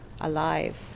alive